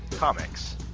comics